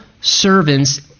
servants